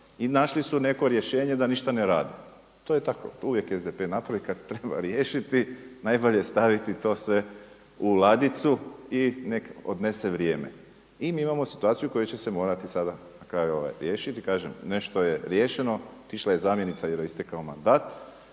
I našli su neko rješenje da ništa ne rade, to je tako. To uvijek SDP napraviti kada treba riješiti, najbolje staviti to sve u ladicu i nek odnese vrijeme. I mi imamo situaciju koja će se morati sada na kraju riješiti i kažem nešto je riješeno, otišla je zamjenica jer joj je istekao mandat.